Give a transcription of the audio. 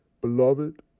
Beloved